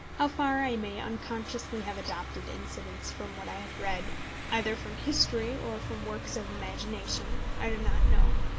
how far i may unconsciously have adopted incidents from what i have read either from history or from works of imagination i do not know.